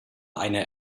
eine